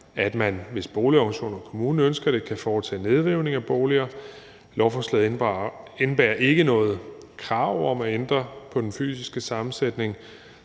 at man, hvis boligorganisationer og kommunen ønsker det, kan foretage nedrivning af boliger. Lovforslaget indebærer ikke noget krav om at ændre på den fysiske sammensætning.